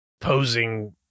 posing